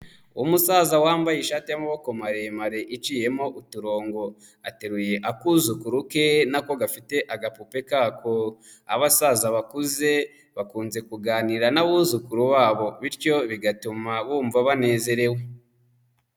Umusaza wambaye ishati y'amaboko maremare iciyemo uturongo, ateruye akuzukuru ke na ko gafite agapupe kako, abasaza bakuze bakunze kuganira n'abuzukuru babo bityo bigatuma bumva banezerewe.